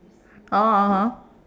oh (uh huh)